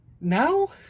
now